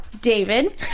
David